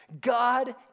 God